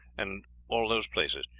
and all those places.